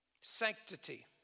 sanctity